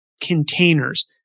containers